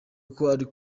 ariko